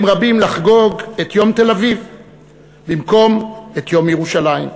רבים לחגוג את יום תל-אביב במקום את יום ירושלים.